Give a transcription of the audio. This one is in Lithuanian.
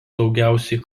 daugiausia